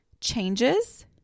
changes